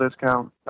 discount